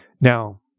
Now